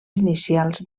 inicials